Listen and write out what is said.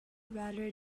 rather